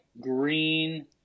green